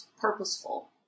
purposeful